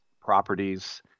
properties